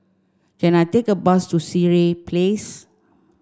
can I take a bus to Sireh Place